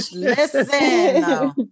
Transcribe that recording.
Listen